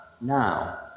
now